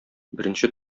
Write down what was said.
беренче